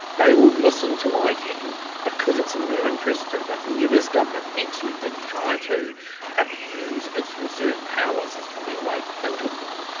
they all listen to icann because it's in their interest to, but if the us government actually did try to abuse its reserve powers, is probably a way to think of them,